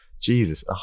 Jesus